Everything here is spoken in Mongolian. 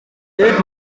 дээд